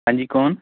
ਹਾਂਜੀ ਕੌਣ